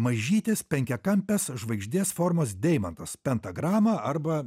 mažytis penkiakampės žvaigždės formos deimantas pentagrama arba